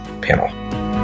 panel